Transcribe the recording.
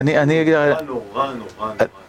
אני, אני אגיע... -נורא, נורא, נורא, נורא